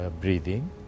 breathing